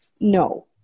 No